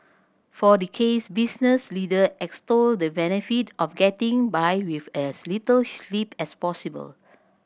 for decades business leader extolled the benefit of getting by with as little sleep as possible